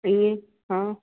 ईअं हा